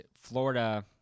Florida